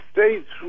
States